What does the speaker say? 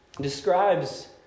describes